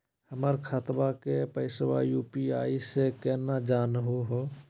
हमर खतवा के पैसवा यू.पी.आई स केना जानहु हो?